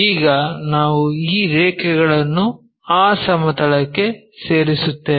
ಈಗ ನಾವು ಈ ರೇಖೆಗಳನ್ನು ಆ ಸಮತಲಕ್ಕೆ ಸೇರಿಸುತ್ತೇವೆ